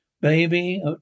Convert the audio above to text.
Baby